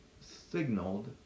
signaled